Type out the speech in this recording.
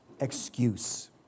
excuse